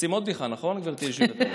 רוצים עוד בדיחה, נכון, גברתי היושבת-ראש?